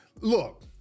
look